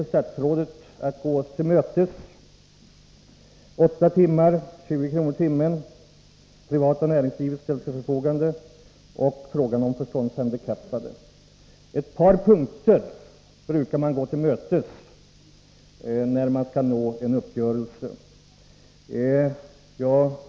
Det vi kräver är att förslaget gäller arbete åtta timmar per dag, att 20 kr. i timmen utgår i ersättning, att privata näringslivet ställs till förfogande och att de förståndshandikappade ungdomarna omfattas. På ett par punkter brukar man gå den andre till mötes om man vill nå en uppgörelse.